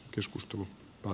keskustelu on